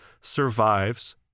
survives